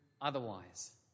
otherwise